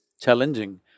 challenging